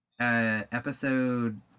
episode